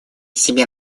себе